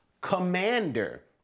commander